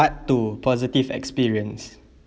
part two positive experience